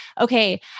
Okay